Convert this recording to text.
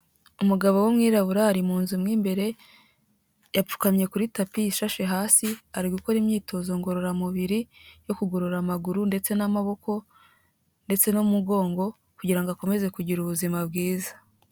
Umugabo w'umwirabura ari mu nzu mu imbere yapfukamye kuri tapi ishashe hasi, ari gukora imyitozo ngororamubiri yo kugorora amaguru ndetse n'amaboko ndetse n'umugongo kugira ngo akomeze kugira ubuzima bwiza.